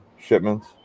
shipments